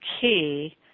key